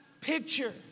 picture